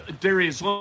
Darius